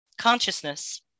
consciousness